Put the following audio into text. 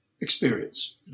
experience